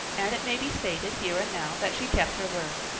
and it may be stated here and now that she kept her word.